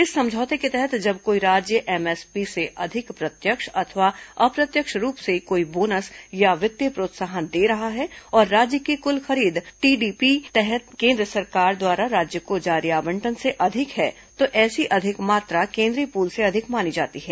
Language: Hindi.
इस समझौते के तहत जब कोई राज्य एमएसपी से अधिक प्रत्यक्ष अथवा अप्रत्यक्ष रूप से कोई बोनस या वित्तीय प्रोत्साहन दे रहा है और राज्य की कुल खरीद टीपीडीएस के तहत केन्द्र सरकार द्वारा राज्य को जारी आवंटन से अधिक है तो ऐसी अधिक मात्रा केंद्रीय पूल से अधिक मानी जाती है